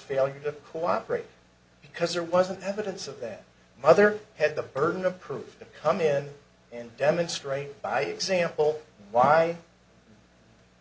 failure to cooperate because there wasn't evidence of them mother had the burden of proof to come in and demonstrate by example why